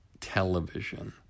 television